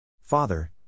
Father